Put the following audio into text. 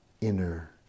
inner